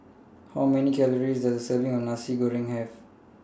How Many Calories Does A Serving of Nasi Goreng Ayam Kunyit Have